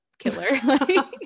Killer